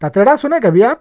تتیڑا سنیں کبھی آپ